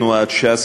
תנועת ש"ס,